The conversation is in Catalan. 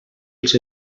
els